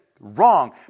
wrong